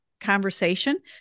conversation